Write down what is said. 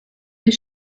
die